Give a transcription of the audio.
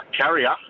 carrier